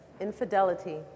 Infidelity